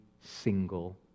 single